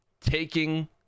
taking